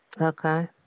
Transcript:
okay